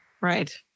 Right